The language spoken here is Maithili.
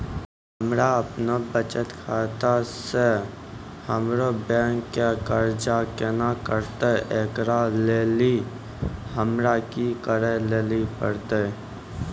हमरा आपनौ बचत खाता से हमरौ बैंक के कर्जा केना कटतै ऐकरा लेली हमरा कि करै लेली परतै?